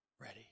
ready